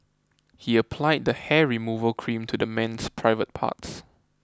he applied the hair removal cream to the man's private parts